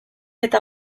eta